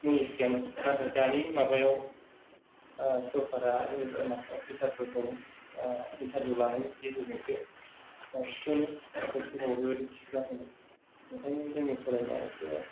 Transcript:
knowledge गैयामोन नाथाय दानि माबायाव सरकारा जेनोबा मोनसे टिचारफोरखौ इन्टारविउ लानायनि गेजेरजोंसो थिसनो नाथाय सिगांआव बिदि थिसनाखै मोन ओंखायनो जोंनि फरायनाया एसे